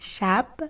Shab